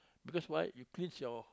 because why you cleanse your